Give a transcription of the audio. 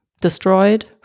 destroyed